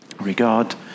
regard